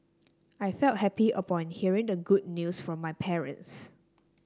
I felt happy upon hearing the good news from my parents